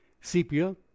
sepia